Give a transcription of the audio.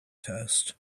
test